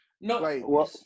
No